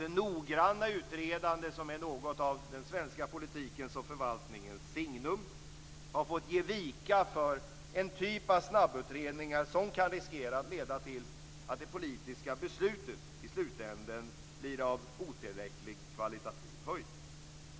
Det noggranna utredande som är något av den svenska politikens och förvaltningens signum har fått ge vika för en typ av snabbutredningar som kan riskera att leda till att det politiska beslutet i slutändan har otillräcklig kvalitativ höjd.